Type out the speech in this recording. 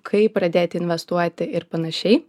kaip pradėti investuoti ir panašiai